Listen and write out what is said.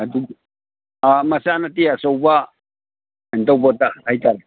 ꯑꯗꯨ ꯃꯆꯥ ꯅꯠꯇꯦ ꯑꯆꯧꯕ ꯀꯩꯅꯣ ꯇꯧꯕꯗ ꯍꯥꯏꯇꯔꯦ